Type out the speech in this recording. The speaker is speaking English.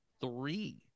three